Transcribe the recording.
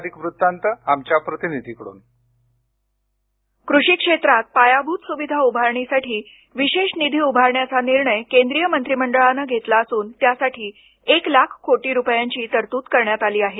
अधिक वृत्तांत आमच्या प्रतिनिधीकडून ध्वनी कृषी क्षेत्रात पायाभूत सुविधा उभारणीसाठी विशेष निधी उभारण्याचा निर्णय केंद्रीय मंत्रिमंडळानं घेतला असून त्यासाठी एक लाख कोटी रुपयांची तरतूद करण्यात आली आहे